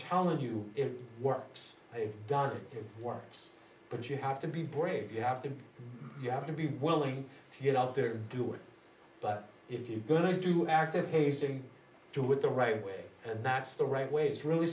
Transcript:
telling you it works i've done it works but you have to be brave you have to you have to be willing to get out there do it but if you good do active pacing do with the right way and that's the right way it's really